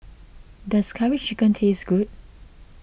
does Curry Chicken taste good